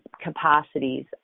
capacities